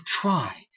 try